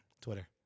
Twitter